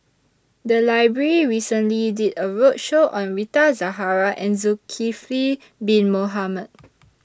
The Library recently did A roadshow on Rita Zahara and Zulkifli Bin Mohamed